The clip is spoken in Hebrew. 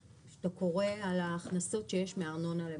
שאתה קורא על ההכנסות שיש מארנונה למשל.